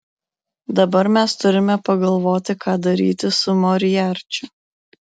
dabar mes turime pagalvoti ką daryti su moriarčiu